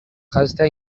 janztea